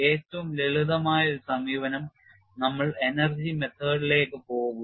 ഏറ്റവും ലളിതമായ ഒരു സമീപനം നമ്മൾ energy method ലേക്ക് പോകും